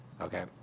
okay